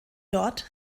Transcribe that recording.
dort